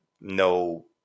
no